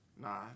Nah